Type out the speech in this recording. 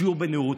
שיעור בנאורות.